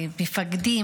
מפקדים,